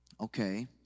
Okay